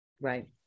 Right